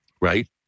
right